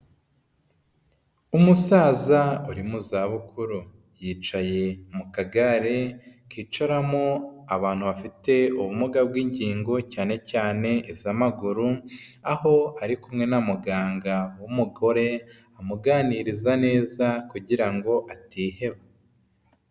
Umusaza uri mu zabukuru yicaye mu kagare kicaramo abantu bafite ubumuga bw'ingingo cyane cyanez'amaguru, aho ari kumwe na muganga w'umugore amuganiriza neza kugira ngo atiheba.